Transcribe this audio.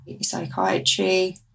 psychiatry